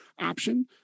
option